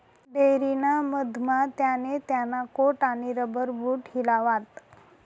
dairy ना मधमा त्याने त्याना कोट आणि रबर बूट हिलावात